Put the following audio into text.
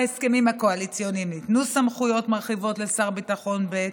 בהסכמים הקואליציוניים ניתנו סמכויות מרחיבות לשר ביטחון ב',